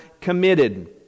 committed